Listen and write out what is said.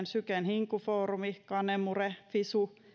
syken hinku foorumi canemure fisu